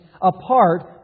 apart